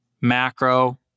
macro